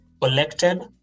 collected